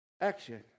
action